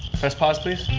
press pause, please.